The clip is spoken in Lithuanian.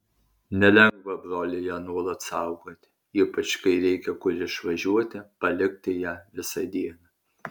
nelengva broliui ją nuolat saugoti ypač kai reikia kur išvažiuoti palikti ją visą dieną